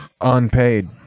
unpaid